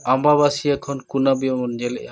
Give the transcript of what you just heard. ᱟᱢᱵᱟᱵᱟᱹᱥᱭᱟᱹ ᱠᱷᱚᱱ ᱠᱩᱱᱟᱹᱢᱤ ᱵᱚᱱ ᱧᱮᱞᱮᱫᱼᱟ